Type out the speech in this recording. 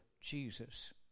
Jesus